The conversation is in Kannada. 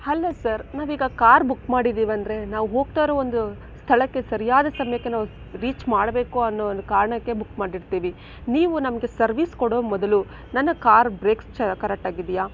ಹಲೋ ಸರ್ ನಾವೀಗ ಕಾರ್ ಬುಕ್ ಮಾಡಿದ್ದೀವಂದ್ರೆ ನಾವು ಹೋಗ್ತಾರೋ ಒಂದು ಸ್ಥಳಕ್ಕೆ ಸರಿಯಾದ ಸಮಯಕ್ಕೆ ನಾವ್ ರೀಚ್ ಮಾಡಬೇಕು ಅನ್ನೋ ಒಂದು ಕಾರಣಕ್ಕೆ ಬುಕ್ ಮಾಡಿರ್ತೀವಿ ನೀವು ನಮಗೆ ಸರ್ವೀಸ್ ಕೊಡೋ ಮೊದಲು ನನ್ನ ಕಾರ್ ಬ್ರೇಕ್ ಚ್ ಕರೆಟ್ಟಾಗಿದೆಯಾ